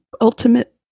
ultimate